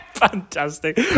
Fantastic